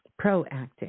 proactive